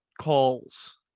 calls